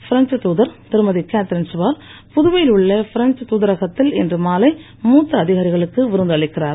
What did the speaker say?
French தூதர் திருமதி Catherine Suard புதுவையில் உள்ள பிரெஞ்ச் தூதரகத்தில் இன்று மாலை மூத்த அதிகாரிகளுக்கு விருந்து அளிக்கிறார்